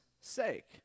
sake